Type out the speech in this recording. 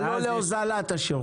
אבל לא להוזלת השירות.